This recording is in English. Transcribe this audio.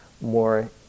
more